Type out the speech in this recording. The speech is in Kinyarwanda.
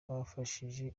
bafashije